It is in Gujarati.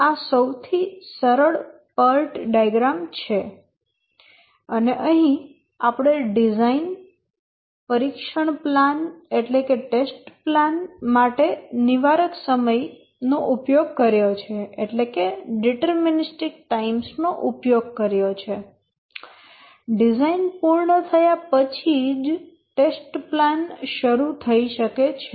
આ સૌથી સરળ PERT ડાયાગ્રામ છે અને અહીં આપણે ડિઝાઇન પરીક્ષણ પ્લાન માટે નિવારક સમય નો ઉપયોગ કર્યો છે ડિઝાઇન પૂર્ણ થયા પછી જ ટેસ્ટ પ્લાન શરૂ થઈ શકે છે